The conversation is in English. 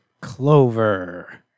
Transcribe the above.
Clover